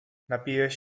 napijesz